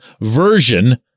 version